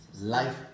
Life